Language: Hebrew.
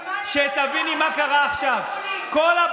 לא,